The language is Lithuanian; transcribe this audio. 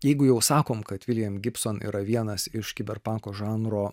jeigu jau sakom kad viljam gibson yra vienas iš kiberpanko žanro